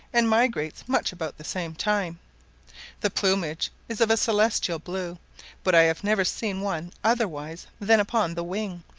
and migrates much about the same time the plumage is of a celestial blue but i have never seen one otherwise than upon the wing,